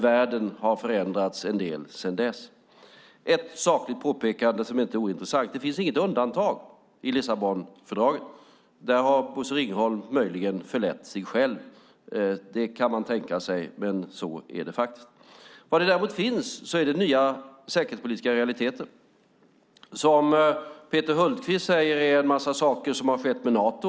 Världen har förändrats en del sedan dess. Låt mig göra ett sakligt påpekande som inte är ointressant. Det finns inget undantag i Lissabonfördraget. Där har Bosse Ringholm möjligen förlett sig själv. Det som däremot finns är nya säkerhetspolitiska realiteter. Peter Hultqvist säger att det skett en massa saker med Nato.